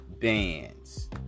bands